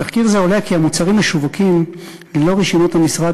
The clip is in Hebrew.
מתחקיר זה עולה כי המוצרים משווקים ללא רישיונות המשרד,